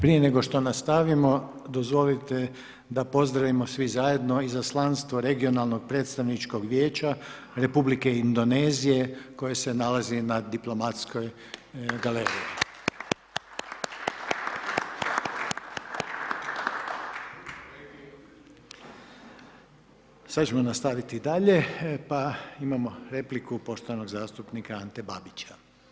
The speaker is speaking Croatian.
Prije nego što nastavimo, dozvolite da pozdravimo svi zajedno Izaslanstvo regionalnog predstavničkog vijeća Republike Indonezije koje se nalazi na diplomatskoj galeriji. … Sada ćemo nastaviti dalje, pa imamo repliku poštovanog zastupnika Ante Babića.